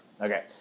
Okay